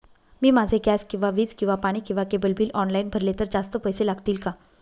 मी माझे गॅस किंवा वीज किंवा पाणी किंवा केबल बिल ऑनलाईन भरले तर जास्त पैसे लागतील का?